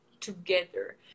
together